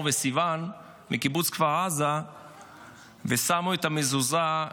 וסיוון מקיבוץ כפר עזה ושמו את המזוזה,